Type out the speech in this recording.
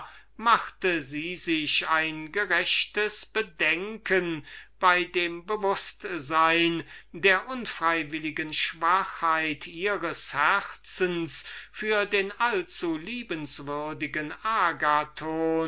machte sie sich ein gerechtes bedenken bei dem bewußtsein der unfreiwilligen schwachheit ihres herzens für den allzuliebenswürdigen agathon